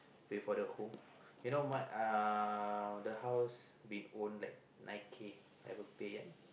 pay for the who you know what uh the house we own like nine kay haven't pay yet